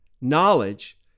knowledge